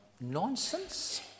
nonsense